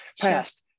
past